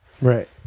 Right